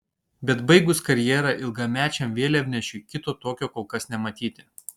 bet baigus karjerą ilgamečiam vėliavnešiui kito tokio kol kas nematyti